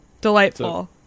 Delightful